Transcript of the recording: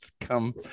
come